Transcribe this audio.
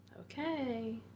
okay